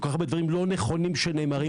וכל-כך הרבה דברים לא נכונים שנאמרים כאן.